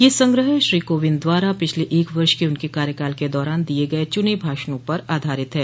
यह संग्रह श्री कोविंद द्वारा पिछले एक वर्ष के उनके कार्यकाल के दौरान दिये गये चुने भाषणों पर आधारित है